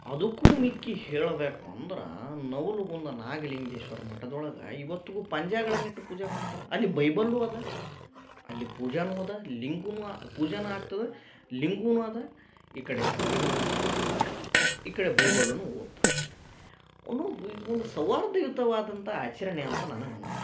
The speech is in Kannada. ಅದಕ್ಕೂ ಮಿಕ್ಕಿ ಹೇಳಬೇಕು ಅಂದ್ರಾ ನವಲುಗುಂದ ನಾಗಲಿಂಗೇಶ್ವರ ಮಠದೊಳಗ ಇವತ್ತಿಗೂ ಪಂಚಾಂಗಗಳನ್ನಿಟ್ಟು ಪೂಜೆ ಮಾಡ್ತಾರೆ ಅಲ್ಲಿ ಬೈಬಲ್ಲೂ ಅದ ಅಲ್ಲಿ ಪೂಜಾನು ಅದ ಲಿಂಗುನು ಪೂಜಾನು ಆಗ್ತದ ಲಿಂಗುನು ಅದ ಈ ಕಡೆ ಸಕ್ಕರೇನು ಉದಸ್ತಾರ ಈ ಕಡೆ ಬೈಬಲ್ಲುನು ಓದ್ತಾರ ಹೌದು ಇದೊಂದು ಸೌಹಾರ್ದಯುತವಾದಂಥ ಆಚರಣೆ ಅಂತ ನನಗನಸ್ತದೆ